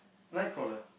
Night crawler